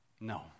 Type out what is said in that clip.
No